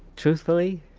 truthfully,